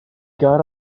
got